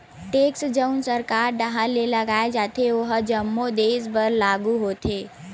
tax जउन सरकार डाहर ले लगाय जाथे ओहा जम्मो देस बर लागू होथे